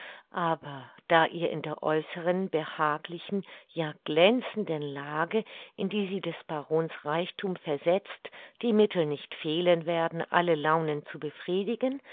aber da ihr in der äußeren behaglichen ja glänzenden lage in die sie des barons reichthum versetzt die mittel nicht fehlen werden alle launen zu befriedigen